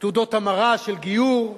תעודות המרה של גיור,